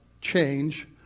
change